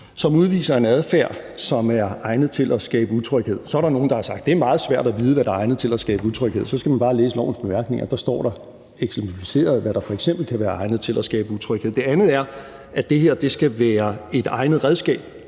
som udviser en adfærd, som er egnet til at skabe utryghed. Så er der nogle, der har sagt: Det er meget svært at vide, hvad der er egnet til at skabe utryghed. Så skal man bare læse lovforslagets bemærkninger. Der står eksemplificeret, hvad der kan være egnet til at skabe utryghed. Det andet er, at det her skal være et egnet redskab,